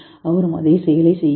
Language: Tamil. அவரும் அதே செயலைச் செய்கிறார்